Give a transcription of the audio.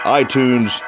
iTunes